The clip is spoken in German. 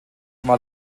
war